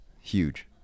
Huge